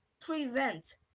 prevent